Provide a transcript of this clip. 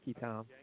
Tom